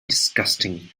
disgusting